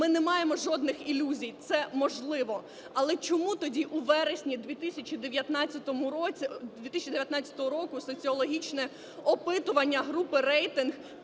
Ми не маємо жодних ілюзій, це можливо. Але чому тоді у вересні 2019 року соціологічне опитування групи "Рейтинг"